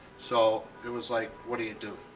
so it was like, what do you do?